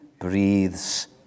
breathes